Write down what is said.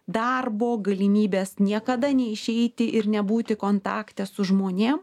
darbo galimybės niekada neišeiti ir nebūti kontakte su žmonėm